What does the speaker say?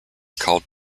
called